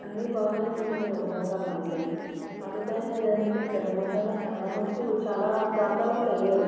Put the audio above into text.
అన్ని బాగానే ఉంటున్నాయి వంటకాలంటే అరుదైనది అంటే గరం మసాలా చాలా మట్టుకు చాలా ప్రాంతాలలో వేయరు